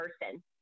person